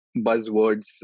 buzzwords